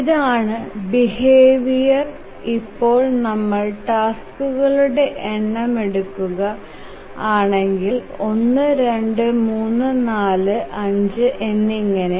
ഇതാണ് ബിഹേവിയർ ഇപ്പോൾ നമ്മൾ ടാസ്കുകളുടെ എണം എടുക്കുക ആണെകിൽ 1 2 3 4 5 എന്നിങ്ങനെ